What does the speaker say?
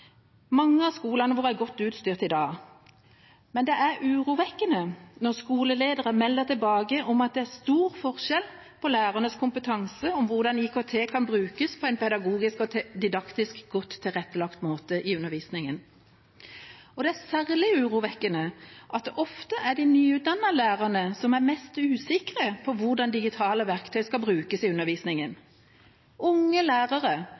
Mange av skolene våre er godt utstyrt i dag, men det er urovekkende når skoleledere melder tilbake at det er stor forskjell på lærernes kompetanse innen hvordan IKT kan brukes på en pedagogisk og didaktisk godt tilrettelagt måte i undervisningen. Og det er særlig urovekkende at det ofte er de nyutdannede lærerne som er mest usikre på hvordan digitale verktøy skal brukes i undervisningen – unge lærere,